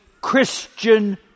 Christian